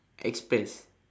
express